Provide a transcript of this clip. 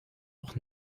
auch